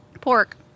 pork